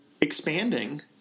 expanding